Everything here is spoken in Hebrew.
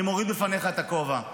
אני מוריד בפניך את הכובע.